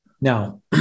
Now